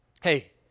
hey